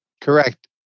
Correct